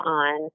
on